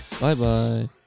Bye-bye